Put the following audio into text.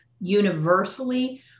universally